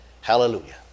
Hallelujah